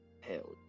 Hell